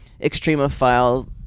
Extremophile